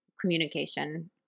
communication